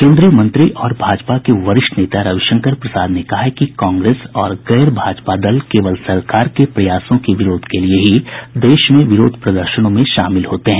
केन्द्रीय मंत्री और भाजपा के वरिष्ठ नेता रवि शंकर प्रसाद ने कहा है कि कांग्रेस और गैर भाजपा दल केवल सरकार के प्रयासों के विरोध के लिए ही देश में विरोध प्रदर्शनों में शामिल होते हैं